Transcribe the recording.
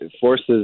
forces